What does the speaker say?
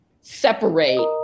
separate